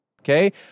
Okay